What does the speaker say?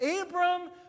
Abram